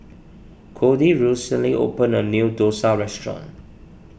Kody recently opened a new Dosa restaurant